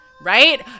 Right